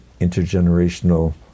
Intergenerational